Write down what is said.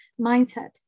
mindset